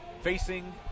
Facing